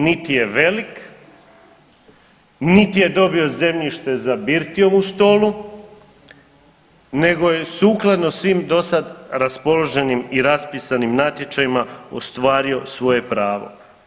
Niti je velik, niti je dobio zemljište za birtijevu stolu, nego je sukladno svim do sad raspoloženim i raspisanim natječajima ostvario svoje pravo.